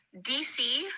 dc